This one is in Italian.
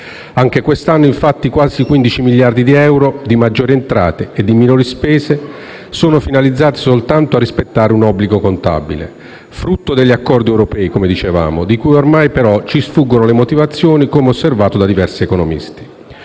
Anche quest'anno, infatti, quasi 15 miliardi di euro di maggiori entrate e di minori spese sono finalizzati soltanto a rispettare un obbligo contabile, frutto degli accordi europei, di cui ormai però sfuggono le motivazioni, come osservato da diversi economisti.